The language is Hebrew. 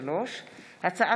התשפ"א 2020,